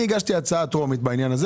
הגשתי הצעה טרומית בעניין.